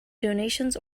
donations